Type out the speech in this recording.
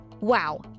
Wow